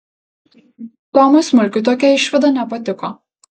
tomui smulkiui tokia išvada nepatiko